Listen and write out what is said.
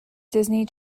disney